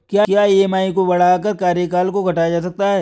क्या ई.एम.आई को बढ़ाकर कार्यकाल को घटाया जा सकता है?